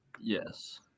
Yes